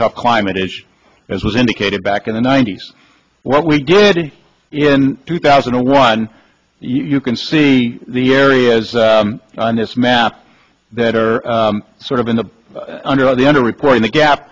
tough climate issue as was indicated back in the ninety's what we did in two thousand and one you can see the areas on this map that are sort of in the under the under reporting the gap